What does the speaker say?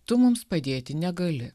tu mums padėti negali